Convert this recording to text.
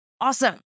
Awesome